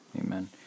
Amen